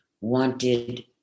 wanted